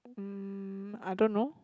mm I don't know